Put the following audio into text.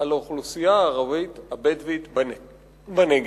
על האוכלוסייה הערבית הבדואית בנגב.